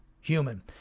human